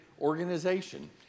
organization